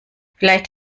vielleicht